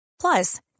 Plus